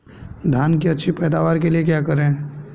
धान की अच्छी पैदावार के लिए क्या करें?